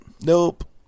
nope